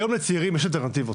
היום לצעירים יש אלטרנטיבות.